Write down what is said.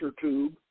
tube